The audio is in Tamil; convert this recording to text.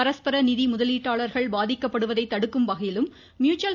பரஸ்பர நிதி முதலீட்டாளர்கள் பாதிக்கப்படுவதை தடுக்கும் வகையிலும் ம்யூச்சுவல்